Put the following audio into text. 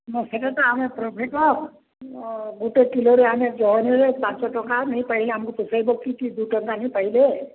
ହଁ ସେଇଟା ତ ଆମେ ପ୍ରଫିଟ୍ ଗୋଟେ କିଲୋରେ ଆମେ ଜହରି ପାଞ୍ଚ ଟଙ୍କା ନେଇ ପାରିଲେ ଆମକୁ ପୋଷେଇବ କି ଦୁଇ ଟଙ୍କା ପାଇଲେ